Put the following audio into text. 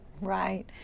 Right